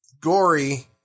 gory